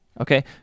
okay